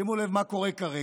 שימו לב מה קורה כרגע: